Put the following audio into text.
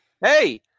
Hey